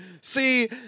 See